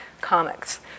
comics